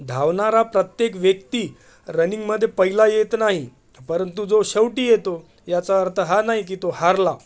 धावणारा प्रत्येक व्यक्ती रनिंगमध्ये पहिला येत नाही परंतु जो शेवटी येतो याचा अर्थ हा नाही की तो हरला